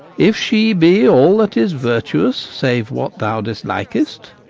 if she be all that is virtuous-save what thou dislik'st,